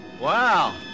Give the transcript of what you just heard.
Wow